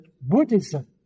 Buddhism